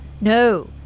No